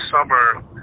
summer